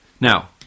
Now